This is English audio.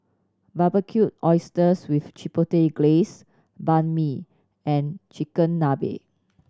Barbecued Oysters with Chipotle Glaze Banh Mi and Chigenabe